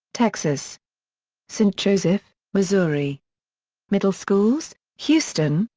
texas saint joseph, missouri middle schools houston,